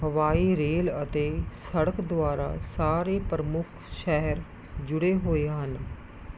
ਹਵਾਈ ਰੇਲ ਅਤੇ ਸੜਕ ਦੁਆਰਾ ਸਾਰੇ ਪ੍ਰਮੁੱਖ ਸ਼ਹਿਰ ਜੁੜੇ ਹੋਏ ਹਨ